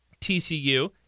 TCU